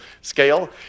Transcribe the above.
scale